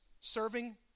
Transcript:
serving